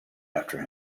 after